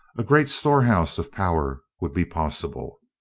a great storehouse of power would be possible.